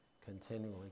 continually